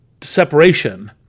separation